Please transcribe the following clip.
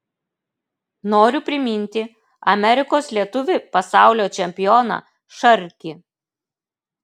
noriu priminti amerikos lietuvį pasaulio čempioną šarkį